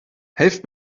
helft